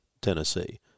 Tennessee